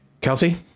Kelsey